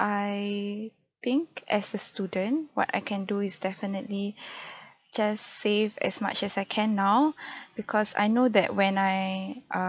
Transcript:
I think as a student what I can do is definitely just save as much as I can now because I know that when I err